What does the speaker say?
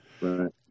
right